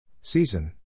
Season